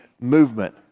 movement